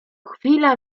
chwila